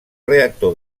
reactor